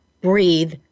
breathe